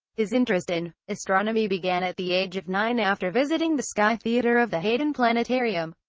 his interest in astronomy began at the age of nine after visiting the sky theater of the hayden planetarium.